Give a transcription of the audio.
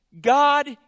God